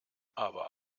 aber